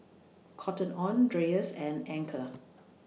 Cotton on Dreyers and Anchor